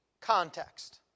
context